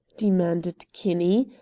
demanded kinney,